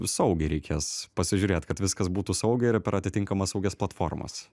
saugiai reikės pasižiūrėt kad viskas būtų saugiai ir per atitinkamas saugias platformas